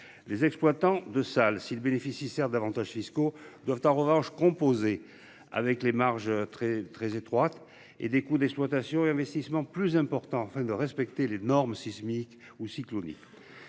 Les exploitants de salles s'il bénéficie certes d'avantages fiscaux doivent en revanche composer avec les marges très très étroite et des coûts d'exploitation investissements plus importants afin de respecter les normes sismiques ou cyclonique.